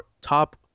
top